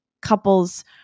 couples